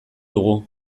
dugu